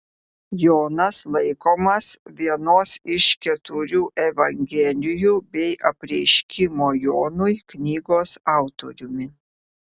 jonas laikomas vienos iš keturių evangelijų bei apreiškimo jonui knygos autoriumi